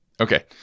Okay